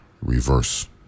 reverse